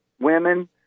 women